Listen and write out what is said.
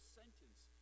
sentence